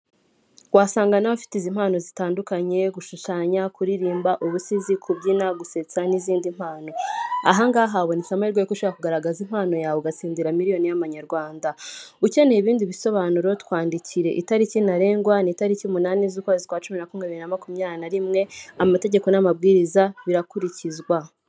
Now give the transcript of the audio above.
Wasanga nawe ufite izi mpano zitandukanye, gushushanya, kuririmba, ubusizi, kubyina, gusetsa n'izindi mpano. Aha ngaha habonetse amahirwe y'uko ushobora kugaragaza impano yawe, ugatsindira miliyoni y'amanyarwanda. Ukeneye ibindi bisobanuro, twandikire, itariki ntarengwa ni itariki umunani z'ukwezi kwa cumi nakumwe, bibiri na makumyabiri na rimwe, amategeko n'amabwiriza birakurikizwa.